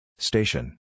Station